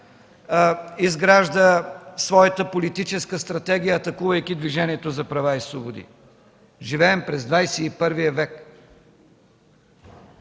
изгражда своята политическа стратегия, атакувайки Движението за права и свободи. Живеем в ХХІ век.